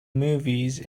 movies